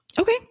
Okay